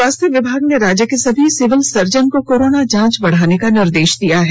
स्वास्थ्य विभाग ने राज्य के सभी सिविल सर्जन को कोरोना जांच बढ़ाने का निर्देश दिया है